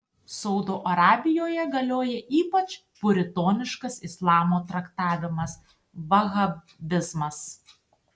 saudo arabijoje galioja ypač puritoniškas islamo traktavimas vahabizmas